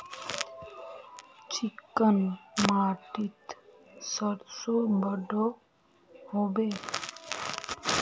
Chicken माटित सरसों बढ़ो होबे?